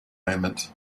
moment